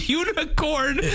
unicorn